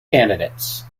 candidates